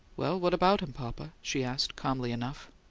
well, what about him, papa? she asked, calmly enough.